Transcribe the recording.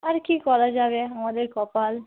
আর কী করা যাবে আমাদের কপাল